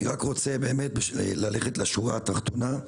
אני רוצה ללכת לשורה התחתונה: